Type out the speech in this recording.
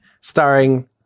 starring